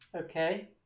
Okay